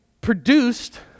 produced